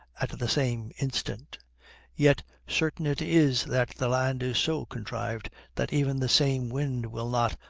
at the same instant yet, certain it is that the land is so contrived, that even the same wind will not,